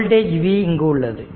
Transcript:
voltage v இங்கு உள்ளது